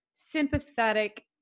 sympathetic